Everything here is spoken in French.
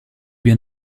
bien